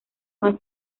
más